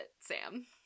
Sam